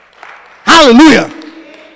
hallelujah